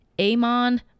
Amon